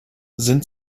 sind